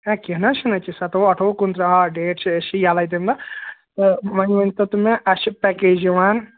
ہے کیٚنہہ نہٕ حظ چھُنہٕ أسۍ چھِ سَتووُہ اَٹھووُہ کُنتٕرٛہ آ ڈیٹ چھِ أسۍ چھِ یَلَے تٔمۍ دۄہ تہٕ وۄنۍ ؤنۍتو تُہۍ مےٚ اَسہِ چھِ پٮ۪کیج یِوان